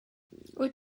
wyt